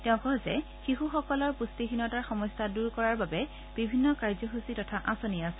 তেওঁ কয় যে শিশুসকলৰ পুটিহীনতাৰ সমস্যা দূৰ কৰাৰ বাবে বিভিন্ন কাৰ্যসূচী তথা আঁচনি আছে